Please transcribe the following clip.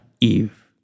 Eve